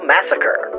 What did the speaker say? Massacre